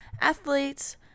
athletes